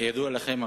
כידוע לכם,